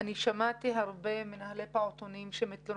יש הרבה מסגרות שהן מתחת